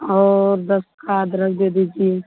और दस का अदरक दे दीजिए